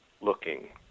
looking